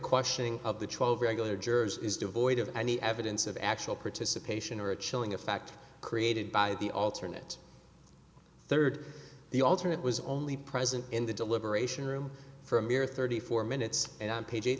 questioning of the twelve regular jurors is devoid of any evidence of actual participation or a chilling effect created by the alternate third the alternate was only present in the deliberation room for a mere thirty four minutes and on page eight